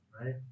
right